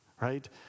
right